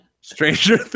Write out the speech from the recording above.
Stranger